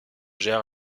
gère